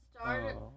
start